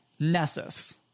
Nessus